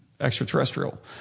extraterrestrial